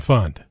Fund